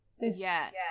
Yes